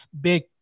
Big